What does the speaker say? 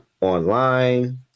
online